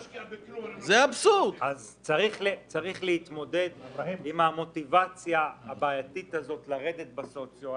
צריך להתמודד עם המוטיבציה הבעייתית הזאת לרדת בסוציו.